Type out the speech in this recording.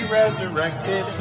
resurrected